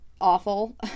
awful